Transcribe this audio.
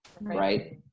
right